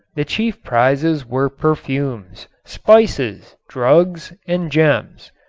the chief prizes were perfumes, spices, drugs and gems.